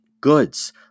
Goods